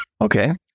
Okay